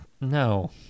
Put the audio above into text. No